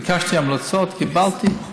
ביקשתי המלצות, קיבלתי.